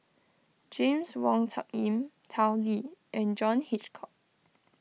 James Wong Tuck Yim Tao Li and John Hitchcock